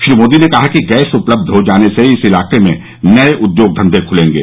श्री मोदी ने कहा कि गैस उपलब्ध हो जाने से इस इलाके में नए उद्योग धंधे खुलेंगे